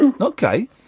Okay